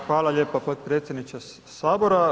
Hvala lijepa potpredsjedniče Sabora.